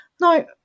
Now